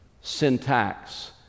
syntax